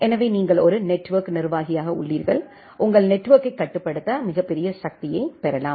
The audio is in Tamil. எனவே நீங்கள் ஒரு நெட்வொர்க் நிர்வாகியாக உள்ளீர்கள் உங்கள் நெட்வொர்க்த்தைக் கட்டுப்படுத்த மிகப்பெரிய சக்தியைப் பெறலாம்